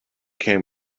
can